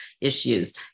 issues